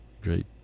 great